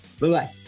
Bye-bye